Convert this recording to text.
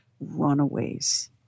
runaways